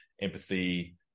empathy